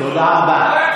תודה רבה.